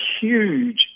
huge